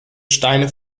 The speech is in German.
steine